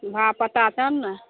भाव पता तब ने